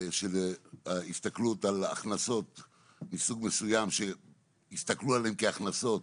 שההסתכלות על ההכנסות היא סוג מסוים שהסתכלו עליהם כהכנסות